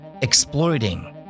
Exploiting